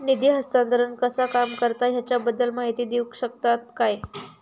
निधी हस्तांतरण कसा काम करता ह्याच्या बद्दल माहिती दिउक शकतात काय?